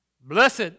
Blessed